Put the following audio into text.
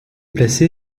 placé